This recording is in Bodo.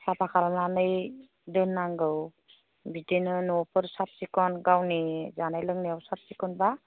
साफा खालायनानै दोननांगौ बिदिनो न'फोर साब सिखन गावनि जानाय लोंनायाव साब सिखनबा